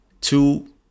two